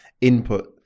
input